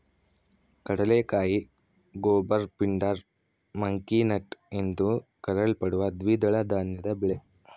ಕಡಲೆಕಾಯಿ goober pindar monkey nut ಎಂದೂ ಕರೆಯಲ್ಪಡುವ ದ್ವಿದಳ ಧಾನ್ಯದ ಬೆಳೆ